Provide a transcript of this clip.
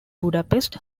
budapest